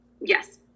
Yes